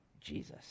Jesus